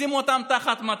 לשים אותם תחת מצור,